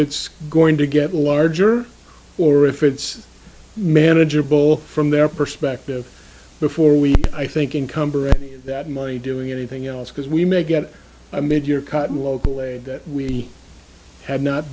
it's going to get larger or if it's manageable from their perspective before we i think income that money doing anything else because we may get a mid year cut in local aid that we have not